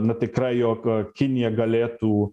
na tikrai jog kinija galėtų